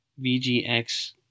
VGX